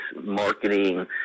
marketing